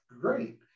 great